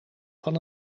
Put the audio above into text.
van